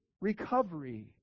recovery